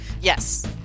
yes